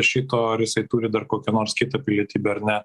šito ar jisai turi dar kokią nors kitą pilietybę ar ne